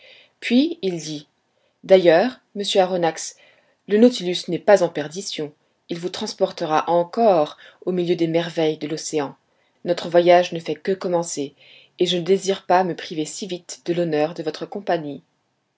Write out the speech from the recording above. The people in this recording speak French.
puis il dit d'ailleurs monsieur aronnax le nautilus n'est pas en perdition il vous transportera encore au milieu des merveilles de l'océan notre voyage ne fait que commencer et je ne désire pas me priver si vite de l'honneur de votre compagnie